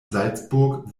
salzburg